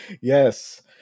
Yes